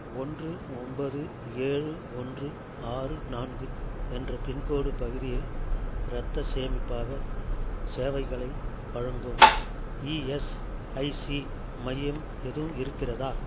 ஓன்று ஒன்பது ஏழு ஒன்று ஆறு நான்கு என்ற பின்கோட் பகுதியில் இரத்தச் சேமிப்பாகச் சேவைகளை வழங்கும் இஎஸ்ஐசி மையம் எதுவும் இருக்கிறதா